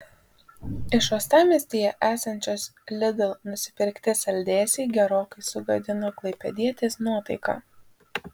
iš uostamiestyje esančios lidl nusipirkti saldėsiai gerokai sugadino klaipėdietės nuotaiką